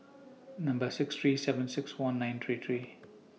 six three seven six one nine three three